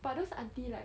but those auntie like